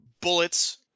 bullets